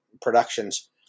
Productions